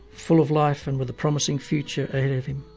full of life and with a promising future at anything.